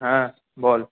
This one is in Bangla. হ্যাঁ বল